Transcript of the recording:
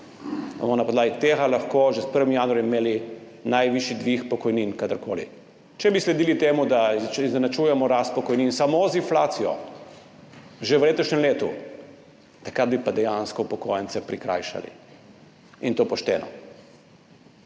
na podlagi tega lahko že s 1. januarjem najvišji dvig pokojnin kadarkoli. Če bi sledili temu, da izenačujemo rast pokojnin samo z inflacijo že v letošnjem letu, bi pa dejansko upokojence prikrajšali, in to pošteno.